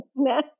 No